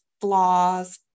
flaws